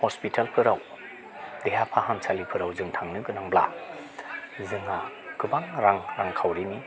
हस्पिटालफोराव देहा फाहामसालिफोरा जों थांनो गोनांब्ला जोंहा गोबां रां रांखावरिनि